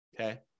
Okay